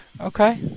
okay